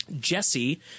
Jesse